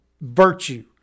virtue